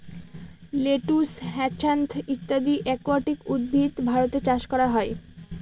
lettuce, hyacinth ইত্যাদি aquatic উদ্ভিদ ভারতে চাষ করা হয়